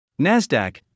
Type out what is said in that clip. NASDAQ